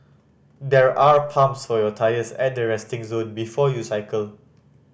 there are pumps for your tyres at the resting zone before you cycle